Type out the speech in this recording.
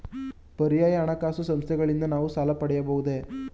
ಪರ್ಯಾಯ ಹಣಕಾಸು ಸಂಸ್ಥೆಗಳಿಂದ ನಾವು ಸಾಲ ಪಡೆಯಬಹುದೇ?